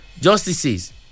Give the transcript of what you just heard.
justices